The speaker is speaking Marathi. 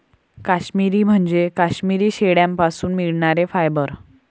काश्मिरी म्हणजे काश्मिरी शेळ्यांपासून मिळणारे फायबर